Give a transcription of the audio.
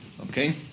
okay